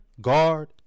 guard